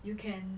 you can